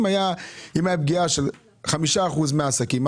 אם הייתה פגיעה של 5% מן העסקים,